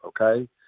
okay